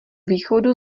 východu